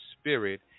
spirit